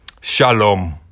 Shalom